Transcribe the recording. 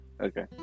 Okay